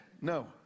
No